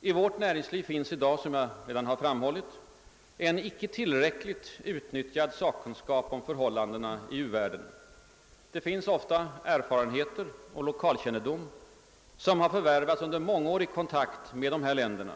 I vårt näringsliv finns i dag, som jag redan har framhållit, en icke tillräckligt utnyttjad sakkunskap om förhållandena i u-världen. Där finns erfarenheter och lokalkännedom som har förvärvats under mångårig kontakt med dessa länder.